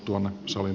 olkaa hyvä